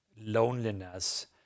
loneliness